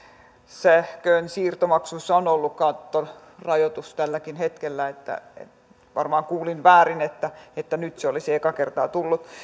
sähkönsiirtomaksuissa on ollut kattorajoitus tälläkin hetkellä eli varmaan kuulin väärin että että nyt se olisi eka kertaa tullut